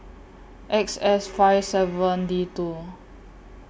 X S five seven D two